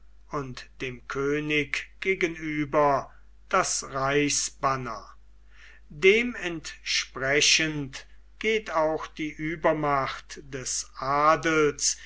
und dem könig gegenüber das reichsbanner dem entsprechend geht auch die übermacht des adels